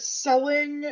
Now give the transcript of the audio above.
selling